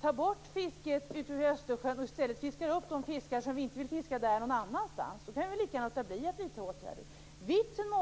ta bort fisket ute i Östersjön och i stället fiska upp laxarna någon annanstans. Då kan vi lika gärna låta bli att vidta åtgärder.